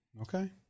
Okay